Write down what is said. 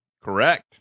Correct